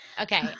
Okay